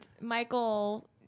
Michael